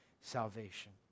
salvation